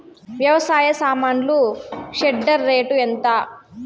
వ్యవసాయ సామాన్లు shredder rate ఎంత?